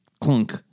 clunk